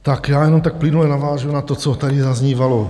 Já jenom tak plynule navážu na to, co tady zaznívalo.